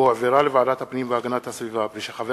שהועברה לוועדת הפנים והגנת הסביבה וחבר